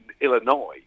Illinois